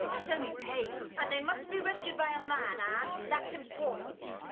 um it's only pain. and they mustn't be rescued by a man, ann. that's important.